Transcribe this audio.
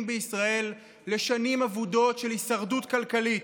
בישראל לשנים אבודות של הישרדות כלכלית.